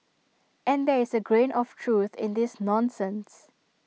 and there is A grain of truth in this nonsense